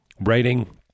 writing